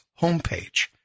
homepage